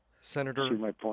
Senator